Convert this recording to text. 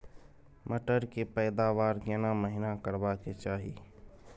मटर के पैदावार केना महिना करबा के चाही?